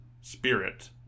spirit